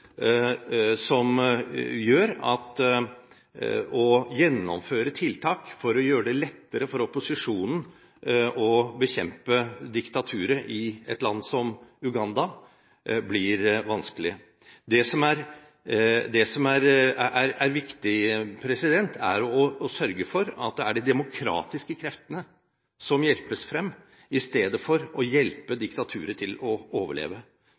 som gjør at å gjennomføre tiltak for å gjøre det lettere for opposisjonen å bekjempe diktaturet i et land som Uganda, blir vanskelig. Det som er viktig, er å sørge for at det er de demokratiske kreftene som hjelpes frem i stedet for å hjelpe diktaturet til å overleve,